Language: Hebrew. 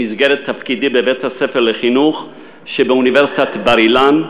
במסגרת תפקידי בבית-הספר לחינוך באוניברסיטת בר-אילן,